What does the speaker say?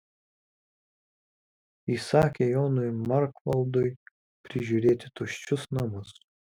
įsakė jonui markvaldui prižiūrėti tuščius namus